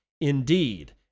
indeed